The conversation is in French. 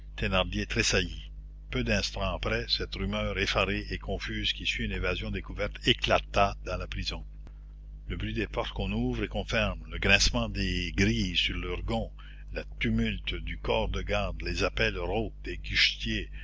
tressaillit peu d'instants après cette rumeur effarée et confuse qui suit une évasion découverte éclata dans la prison le bruit des portes qu'on ouvre et qu'on ferme le grincement des grilles sur leurs gonds le tumulte du corps de garde les appels rauques des